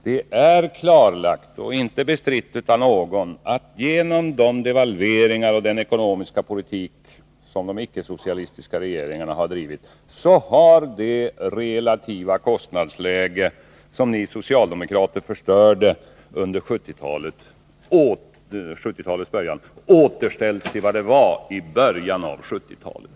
Det är klarlagt och inte bestritt av någon att genom de devalveringar och den ekonomiska politik som de icke-socialistiska regeringarna har drivit, så har det relativa kostnadsläge som ni socialdemokrater förstörde under 1970 talets första hälft återställts till vad det var i början av 1970-talet.